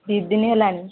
ଦୁଇ ଦିନ ହେଲାଣି